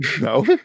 No